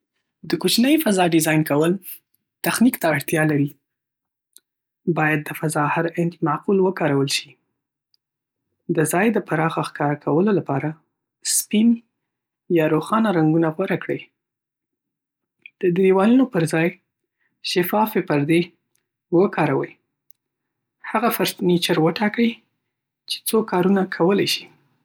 د کوچنۍ فضا ډیزاین کول تخنیک ته اړتیا لري. باید د فضا هر انچ معقول وکارول شي. د ځای د پراخه ښکاره کولو لپاره، سپین یا روښانه رنګونه غوره کړي. د دیوالونو پر ځای شفافه پردې وکاروئ. هغه فرنیچر وټاکئ چې څو کارونه کولی شي.